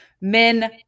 men